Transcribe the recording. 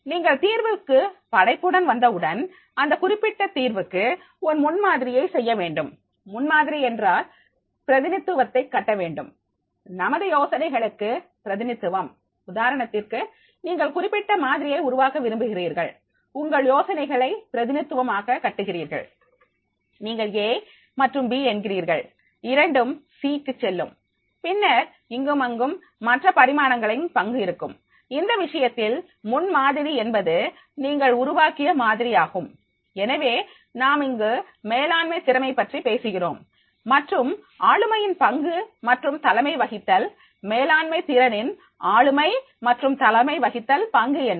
நீங்கள் தீர்வுக்கு படைப்புடன் வந்தவுடன் அந்த குறிப்பிட்ட தீர்வுக்கு ஒரு முன்மாதிரியை செய்ய வேண்டும் முன்மாதிரி என்றால் பிரதிநித்துவத்தை கட்ட வேண்டும் நமது யோசனைகளுக்கு பிரதிநித்துவம் உதாரணத்திற்கு நீங்கள் குறிப்பிட்ட மாதிரியை உருவாக்க விரும்புகிறீர்கள் உங்கள் யோசனைகளை பிரதிநித்துவம் ஆக கட்டுகிறீர்கள் நீங்கள் ஏ மற்றும் பி என்கிறீர்கள் இரண்டும் சீ © க்கு செல்லும் பின்னர் இங்குமங்கும் மற்ற பரிமாணங்களின் பங்கு இருக்கும் இந்த விஷயத்தில் முன்மாதிரி என்பது நீங்கள் உருவாக்கிய மாதிரி ஆகும் எனவே நாம் இங்கு மேலாண்மை திறமை பற்றி பேசுகிறோம் மற்றும் ஆளுமையின் பங்கு மற்றும் தலைமை வகித்தல் மேலாண்மை திறனில் ஆளுமை மற்றும் தலைமை வகித்தல் பங்கு என்ன